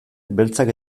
beltzak